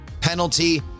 penalty